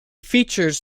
features